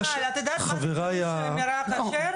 מיכל, את יודעת מה פירוש של המילה כשר?